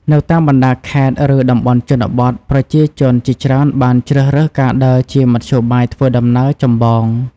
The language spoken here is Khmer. នៅតាមបណ្តាខេត្ត ឬតំបន់ជនបទ ប្រជាជនជាច្រើនបានជ្រើសរើសការដើរជាមធ្យោបាយធ្វើដំណើរចម្បង។